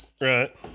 right